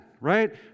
right